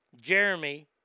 Jeremy